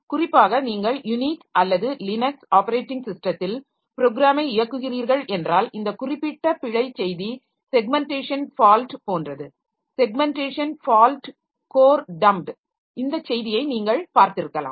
குறிப்பாக நீங்கள் யுனிக்ஸ் அல்லது லினக்ஸ் ஆப்பரேட்டிங் ஸிஸ்டத்தில் ப்ரோக்ராமை இயக்குகிறீர்கள் என்றால் இந்த குறிப்பிட்ட பிழை செய்தி செக்மென்ட்டேஷன் ஃபால்ட் போன்றது செக்மென்ட்டேஷன் ஃபால்ட் கோர் டம்ப்ட் இந்த செய்தியை நீங்கள் பார்த்திருக்கலாம்